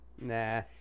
Nah